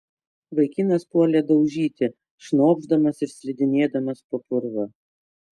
vaikinas puolė daužyti šnopšdamas ir slidinėdamas po purvą